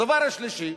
הדבר השלישי,